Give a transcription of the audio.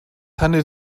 handelt